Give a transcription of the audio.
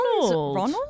Ronald